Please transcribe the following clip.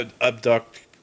abduct